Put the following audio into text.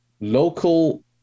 local